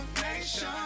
Nation